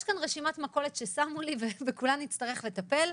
יש כאן רשימת מכולת ששמו לי ובכולה נצטרך לטפל.